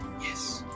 Yes